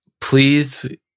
Please